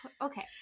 okay